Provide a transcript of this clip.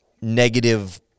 negative